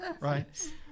right